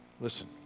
listen